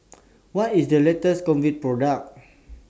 What IS The latest Convatec Product